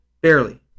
barely